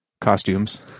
costumes